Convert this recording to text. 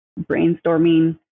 brainstorming